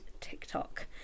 TikTok